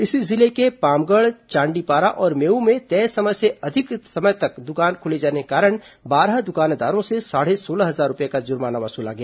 इसी जिले के पामगढ़ चांडीपारा और मेऊ में तय समय से अधिक समय तक दुकान खोले जाने के कारण बारह दुकानदारों से साढ़े सोलह हजार रूपये का जुर्माना वसूला गया